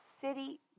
city